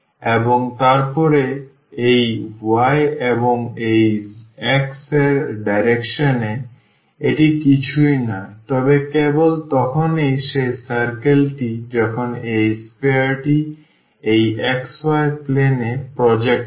এবং তারপরে এই y এবং এই x এর ডাইরেকশন এ এটি কিছুই নয় তবে কেবল তখনই সেই circle টি যখন এই sphere টি এই xy প্লেন এ প্রজেক্ট হয়